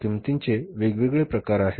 तर किंमतीचे वेगवेगळे प्रकार आहेत